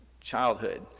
Childhood